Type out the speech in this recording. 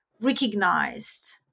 recognized